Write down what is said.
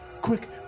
Quick